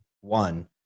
One